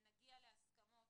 נגיע להסכמות